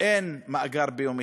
אין מאגר ביומטרי.